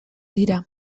dira